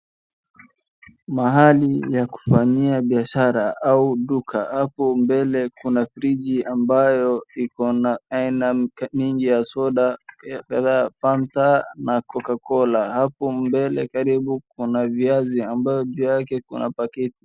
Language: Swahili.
Mahali ya kufanyia biashara au duka. Hapo mbele kuna friji ambayo ikona aina mingi ya soda kadhaa fanta na coca cola . Hapo mbele karibu kuna viazi ambayo juu yake kuna paketi.